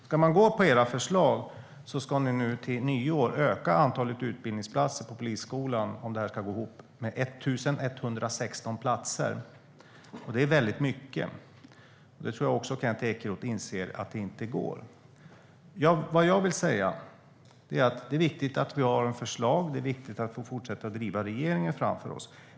Ska man gå på era förslag ska ni till nyår, om det här ska gå ihop, öka antalet utbildningsplatser på Polishögskolan med 1 116 platser. Det är väldigt mycket. Jag tror att även Kent Ekeroth inser att det inte går. Vad jag vill säga är att det är viktigt att vi har förslag och att vi får fortsätta driva regeringen framför oss.